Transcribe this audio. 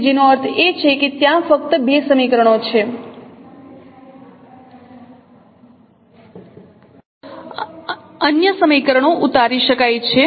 તેથી જેનો અર્થ છે કે ત્યાં ફક્ત બે સ્વતંત્ર સમીકરણો છે અન્ય સમીકરણો ઉતારી શકાય છે